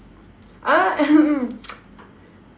ah